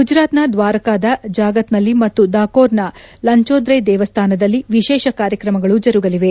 ಗುಜರಾತ್ನ ದ್ವಾರಕದ ಜಾಗತ್ನಲ್ಲಿ ಮತ್ತು ದಾಕೋರ್ನ ಲಂಚೋದ್ರೈ ದೇವಸ್ಥಾನದಲ್ಲಿ ವಿಶೇಷ ಕಾರ್ಯಕ್ರಮಗಳು ಜರುಗಲಿದೆ